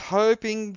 hoping